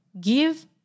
give